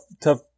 tough